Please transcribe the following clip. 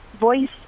Voice